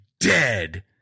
Dead